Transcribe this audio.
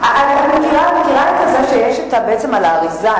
את מכירה את זה שיש על האריזה,